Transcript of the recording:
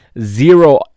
zero